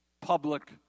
public